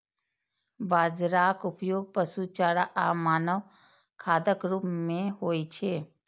बाजराक उपयोग पशु चारा आ मानव खाद्यक रूप मे होइ छै